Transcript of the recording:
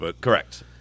Correct